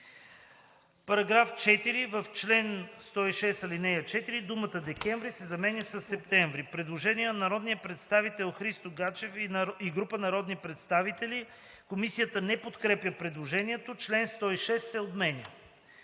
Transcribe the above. § 4. „§ 4. В чл. 106, ал. 4 думата „декември“ се заменя със „септември“.“ Предложение на народния представител Христо Гаджев и група народни представители. Комисията не подкрепя предложението. „Чл. 106 се отменя.“